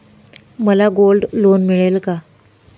मला gold loan मिळेल का?